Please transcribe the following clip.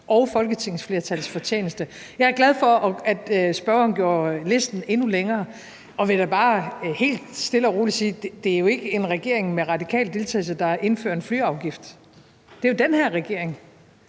og folketingsflertals fortjeneste. Jeg er glad for, at spørgeren gjorde listen endnu længere, og vil da bare helt stille og roligt sige, at det jo ikke er en regering med radikal deltagelse, der har indført en flyafgift. Det er jo den her regering.